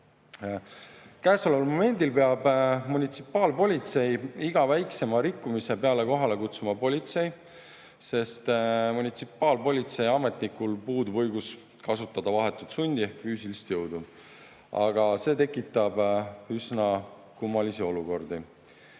Praegu peab munitsipaalpolitsei iga väikseima rikkumise peale kohale kutsuma politsei, sest munitsipaalpolitsei ametnikul puudub õigus kasutada vahetut sundi ehk füüsilist jõudu. Aga see tekitab üsna kummalisi olukordi.